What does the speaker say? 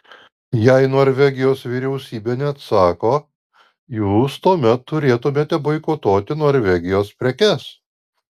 jei norvegijos vyriausybė neatsako jūs tuomet turite boikotuoti norvegijos prekes